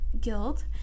Guild